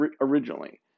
originally